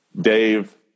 Dave